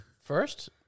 first